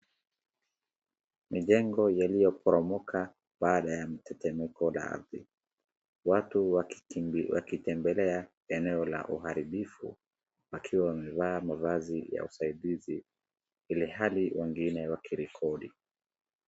Majengo yaliyoporomoka baada ya mtetemeko la ardhi. Watu wakitembelea eneo la uharibifu wakiwa wamevaa mavazi ya usaidizi ilihali wengine wakirekodi.